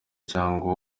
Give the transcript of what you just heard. cyangwa